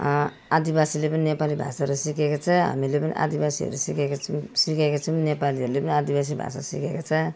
आदिवासीले पनि नेपाली भाषाहरू सिकेको छ हामीले पनि आदिवासीहरू सिकेको छौँ सिकेको छौँ नेपालीहरूले पनि आदिवासी भाषा सिकेको छ